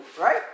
right